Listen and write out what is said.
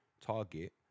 Target